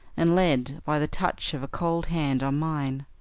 and led by the touch of a cold hand on mine.